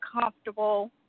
comfortable